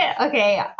okay